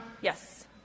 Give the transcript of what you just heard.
Yes